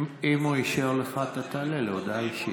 אם הוא אישר לך אתה תעלה להודעה אישית.